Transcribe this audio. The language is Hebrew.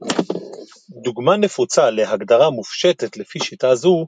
דוגמה נפוצה להגדרה מופשטת לפי שיטה זו,